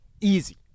Easy